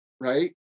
right